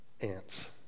Ants